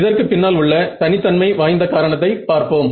இதற்குப் பின்னால் உள்ள தனித்தன்மை வாய்ந்த காரணத்தை பார்ப்போம்